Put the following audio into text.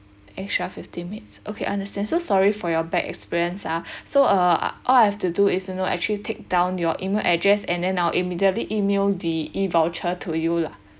extra fifteen minutes okay I understand so sorry for your bad experience ah so uh all I have to do is you know actually take down your E-mail address and then I will immediately E-mail the E-voucher to you lah